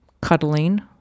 cuddling